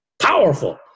Powerful